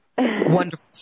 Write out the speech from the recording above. wonderful